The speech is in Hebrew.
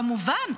כמובן,